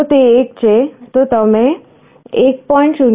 જો તે 1 છે તો તમે 1